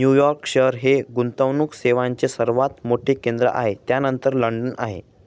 New York शहर हे गुंतवणूक सेवांचे सर्वात मोठे केंद्र आहे त्यानंतर लंडन आहे